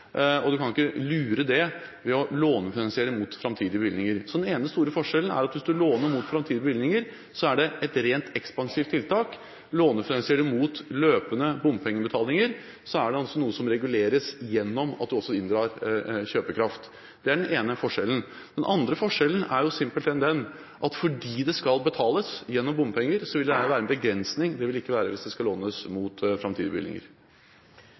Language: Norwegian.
kan ikke lure det ved å lånefinansiere mot framtidige bevilgninger. Den ene store forskjellen er altså at hvis man låner mot framtidige bevilgninger, er det et rent ekspansivt tiltak. Lånefinansierer man mot løpende bompengebetalinger, er det noe som reguleres ved at man også inndrar kjøpekraft. Det er den ene forskjellen. Den andre forskjellen er simpelthen den at fordi dette skal betales gjennom bompenger, vil det her være en begrensning. Det vil det ikke være hvis det skal lånes mot framtidige